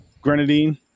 grenadine